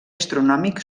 astronòmic